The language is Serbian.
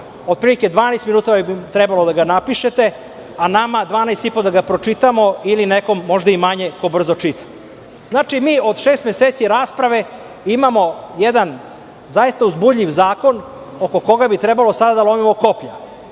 otprilike 12 minuta bi trebalo da ga napišete, a nama 12 i po da ga pročitamo ili nekom možda i manje, ko brzo čita. Znači, mi od šest meseci rasprave imamo jedan zaista uzbudljiv zakon oko koga bi trebalo sada da lomimo koplja.